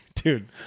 Dude